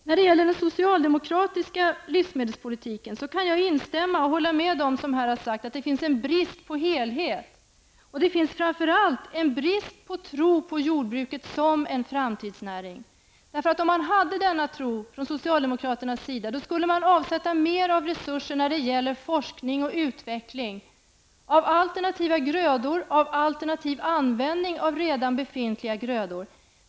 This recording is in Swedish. Jag kan hålla med dem som här har sagt att det i den socialdemokratiska livsmedelspolitiken finns en brist på helhet. Det finns framför allt en brist på tro på jordbruket som en framtidsnäring. Om socialdemokraterna hade denna tro skulle man avsätta mer av resurser till forskning och utveckling av alternativa grödor och till alternativ användning av redan befintliga grödor.